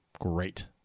great